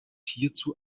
hierzu